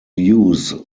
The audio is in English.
use